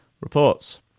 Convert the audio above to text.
reports